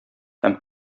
һәм